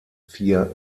vier